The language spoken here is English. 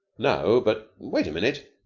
no, but wait a minute.